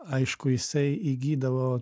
aišku jisai įgydavo